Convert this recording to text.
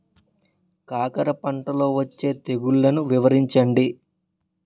కాకర పంటలో వచ్చే తెగుళ్లను వివరించండి?